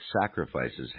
sacrifices